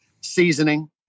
seasoning